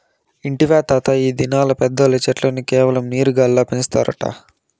ఇంటివా తాతా, ఈ దినాల్ల పెద్దోల్లు చెట్లను కేవలం నీరు గాల్ల పెంచుతారట